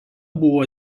buvo